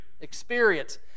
experience